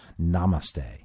Namaste